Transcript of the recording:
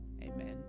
amen